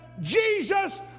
Jesus